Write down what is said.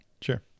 Sure